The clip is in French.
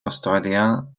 australien